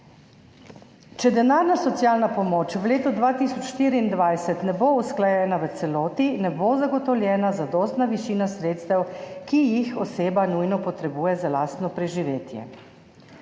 Če denarna socialna pomoč v letu 2024 ne bo usklajena v celoti, ne bo zagotovljena zadostna višina sredstev, ki jih oseba nujno potrebuje za lastno preživetje.